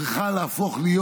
צריכה להפוך להיות